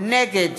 נגד